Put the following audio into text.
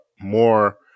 more